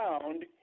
found